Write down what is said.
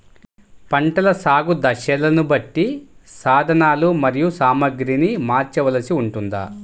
పంటల సాగు దశలను బట్టి సాధనలు మరియు సామాగ్రిని మార్చవలసి ఉంటుందా?